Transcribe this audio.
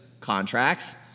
contracts